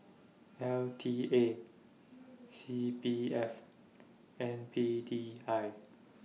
L T A C P F and P D I